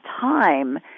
time